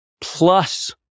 plus